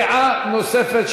דעה נוספת,